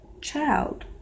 Child